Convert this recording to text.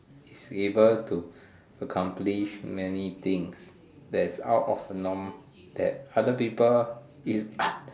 he's able to accomplish many things that is out of the norm that other people is